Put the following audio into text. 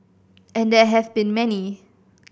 and there have been many